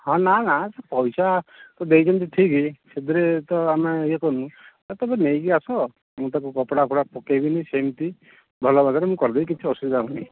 ହଁ ନା ନା ସେ ପଇସା ତ ଦେଇଛନ୍ତି ଠିକ୍ ସେଥିରେ ତ ଆମେ ଇଏ କରୁନୁ ଆ ତୁମେ ନେଇକି ଆସ ମୁଁ ତାକୁ କପଡ଼ା ଫପଡ଼ା ପକେଇବିନି ସେମିତି ଭଲ ଭାବରେ ମୁଁ କରିଦେବି କିଛି ଅସୁବିଧା ହେବନି